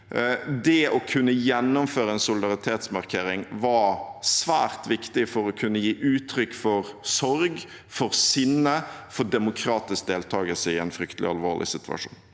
det å kunne gjennomføre en solidaritetsmarkering var svært viktig for å kunne gi uttrykk for sorg, for sinne og for demokratisk deltakelse i en fryktelig alvorlig situasjon.